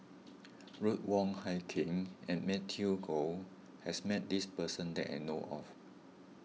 Ruth Wong Hie King and Matthew Ngui has met this person that I know of